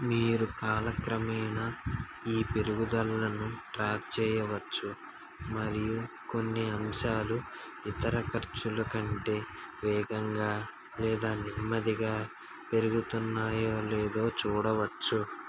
మీరు కాలక్రమేణా ఈ పెరుగుదలలను ట్రాక్ చేయవచ్చు మరియు కొన్ని అంశాలు ఇతర ఖర్చుల కంటే వేగంగా లేదా నెమ్మదిగా పెరుగుతున్నాయో లేదో చూడవచ్చు